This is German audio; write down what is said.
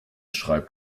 schreibt